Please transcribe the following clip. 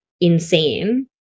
insane